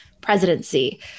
presidency